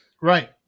Right